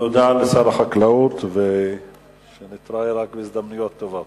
תודה לשר החקלאות, ושנתראה רק בהזדמנויות טובות.